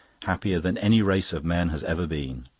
happier than any race of men has ever been.